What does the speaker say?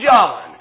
John